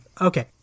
Okay